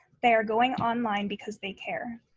they are going online because they care.